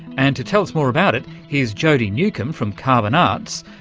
and to tell us more about it here's jodi newcombe from carbon arts,